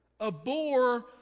Abhor